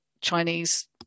Chinese